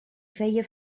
feia